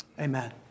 Amen